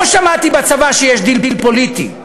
לא שמעתי שבצבא יש דיל פוליטי.